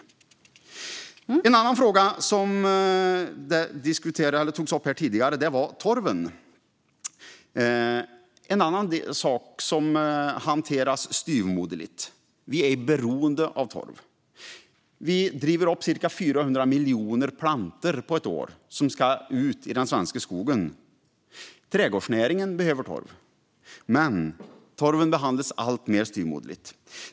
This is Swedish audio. En annan fråga som togs upp här tidigare är torven. Det är en annan sak som hanteras styvmoderligt. Vi är beroende av torv. Vi driver upp cirka 400 miljoner plantor på ett år som ska ut i den svenska skogen, och trädgårdsnäringen behöver torv. Men torven behandlas som sagt alltmer styvmoderligt.